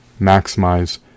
maximize